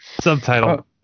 Subtitle